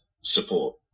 support